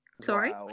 Sorry